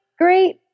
great